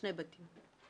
שני בתים.